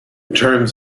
terms